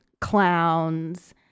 clowns